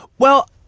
well,